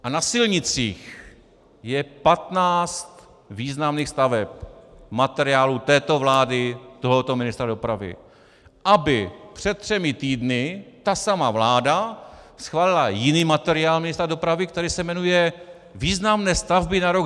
A na silnicích je 15 významných staveb v materiálu této vlády, tohoto ministra dopravy, aby před třemi týdny ta samá vláda schválila jiný materiál ministra dopravy, který se jmenuje Významné stavby na rok 2015 a 2016.